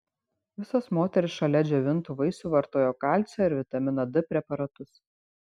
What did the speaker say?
visos moterys šalia džiovintų vaisių vartojo kalcio ir vitamino d preparatus